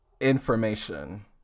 information